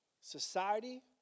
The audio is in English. society